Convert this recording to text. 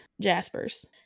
Jasper's